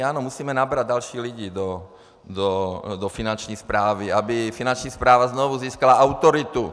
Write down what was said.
Ano, musíme nabrat další lidi do Finanční správy, aby Finanční správa znovu získala autoritu.